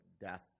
death